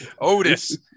Otis